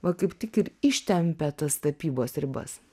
va kaip tik ir ištempia tas tapybos ribas